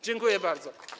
Dziękuję bardzo.